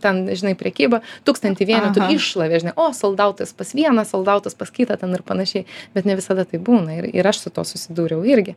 ten žinai prekybą tūkstantį vienetų iššlavė žinai o saldautas pas vieną saldautas pas kitą ten irpanašiai bet ne visada taip būna ir ir aš su tuo susidūriau irgi